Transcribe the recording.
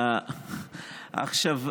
עכשיו,